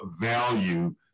value